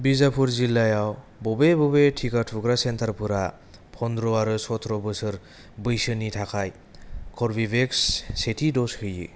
बिजापुर जिल्लायाव बबे बबे टिका थुग्रा सेन्टारफोरा पन्द्र' आरो सट्र' बोसोर बैसोनि थाखाय कर्भेभेक्स सेथि द'ज होयो